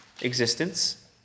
existence